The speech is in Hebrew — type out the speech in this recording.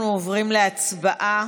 אנחנו עוברים להצבעה.